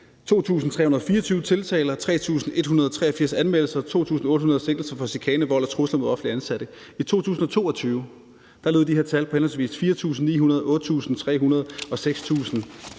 2.324 tiltaler, 3.183 anmeldelser og 2.800 sigtelser for chikane, vold og trusler mod offentligt ansatte, og at de tal i 2022 lød på henholdsvis 4.900, 8.300 og 6.500.